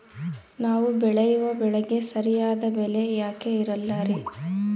ನಾವು ಬೆಳೆಯುವ ಬೆಳೆಗೆ ಸರಿಯಾದ ಬೆಲೆ ಯಾಕೆ ಇರಲ್ಲಾರಿ?